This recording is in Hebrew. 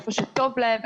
איפה שטוב להם,